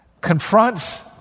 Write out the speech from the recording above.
confronts